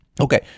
Okay